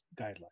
guidelines